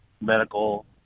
medical